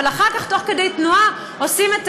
אבל אחר כך תוך כדי תנועה עושים את